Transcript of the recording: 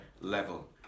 level